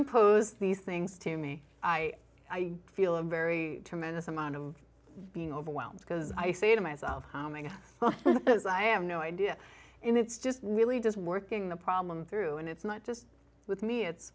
me pose these things to me i feel a very tremendous amount of being overwhelmed because i say to myself well i have no idea and it's just really just working the problem through and it's not just with me it's